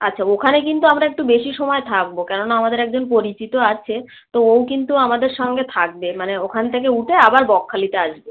আচ্ছা ওখানে কিন্তু আমরা একটু বেশি সময় থাকবো কেন না আমাদের একজন পরিচিত আছে তো ওও কিন্তু আমাদের সঙ্গে থাকবে মানে ওখান থেকে উঠে আবার বকখালিতে আসবে